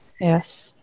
Yes